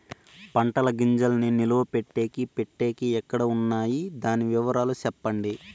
పంటల గింజల్ని నిలువ పెట్టేకి పెట్టేకి ఎక్కడ వున్నాయి? దాని వివరాలు సెప్పండి?